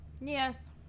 Yes